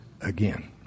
again